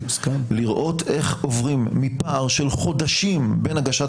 לראות איך עוברים מפער של חודשים בין הגשת